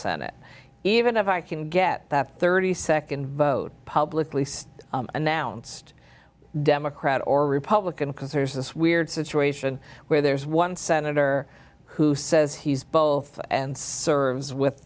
senate even if i can get that thirty second vote publicly announced democrat or republican because there's this weird situation where there's one senator who says he's both and serves with